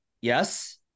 yes